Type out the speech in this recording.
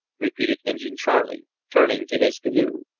repeated injin charley, turning to his canoe.